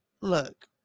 look